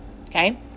Okay